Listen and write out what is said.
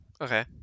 okay